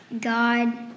God